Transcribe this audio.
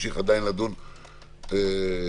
נמשיך לדון בהמשך.